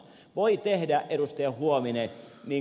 voi tehdä ed